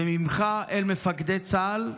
וממך אל מפקדי צה"ל,